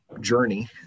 journey